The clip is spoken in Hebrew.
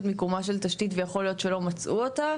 מיקומה של תשתית ויכול להיות שלא מצאו אותה?